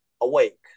awake